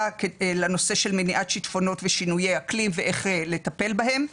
לנושא של מניעת שטפונות ושינויי אקלים ואיך לטפל בהם.